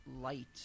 light